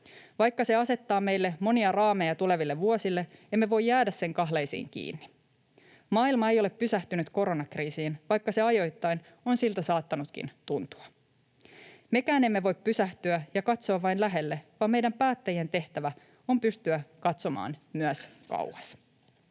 Vaikka se asettaa meille monia raameja tuleville vuosille, emme voi jäädä sen kahleisiin kiinni. Maailma ei ole pysähtynyt koronakriisiin, vaikka se ajoittain on siltä saattanut tuntuakin. Mekään emme voi pysähtyä ja katsoa vain lähelle, vaan meidän päättäjien tehtävä on pystyä katsomaan myös kauas.